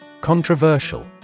Controversial